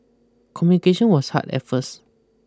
communication was hard at first